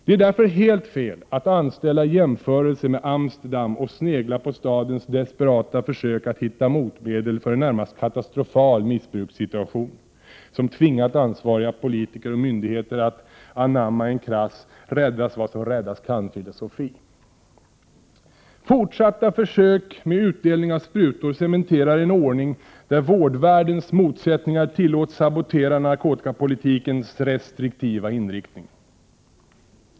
Det är därför helt fel att anställa jämförelse med Amsterdam och snegla på stadens desperata försök att hitta motmedel för en närmast katastrofal missbrukssituation, som tvingat ansvariga politiker och myndigheter att anamma en krass ”räddas-vad-som-räddas-kan-filosofi”. Fortsatta försök med utdelning av sprutor cementerar en ordning där vårdvärldens motsättningar tillåts sabotera narkotikapolitikens restriktiva inriktning.